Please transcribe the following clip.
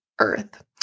Earth